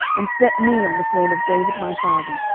and set me on the throne of david my father,